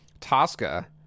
Tosca